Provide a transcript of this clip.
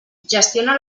gestiona